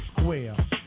square